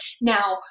now